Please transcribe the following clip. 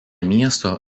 miesto